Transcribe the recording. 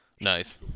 nice